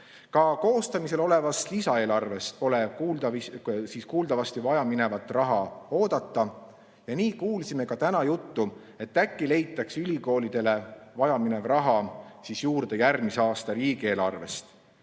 Ka koostamisel olevast lisaeelarvest pole vajaminevat raha kuuldavasti oodata ja nii kuulsime ka täna juttu, et äkki leitakse ülikoolidele vajaminev raha juurde järgmise aasta riigieelarvest.